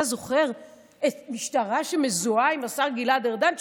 אתה זוכר משטרה שמזוהה עם השר גלעד ארדן,